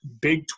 big